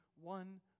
one